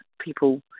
people